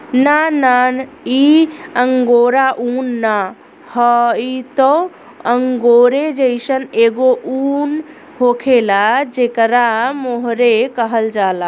ना ना इ अंगोरा उन ना ह इ त अंगोरे जइसन एगो उन होखेला जेकरा मोहेर कहल जाला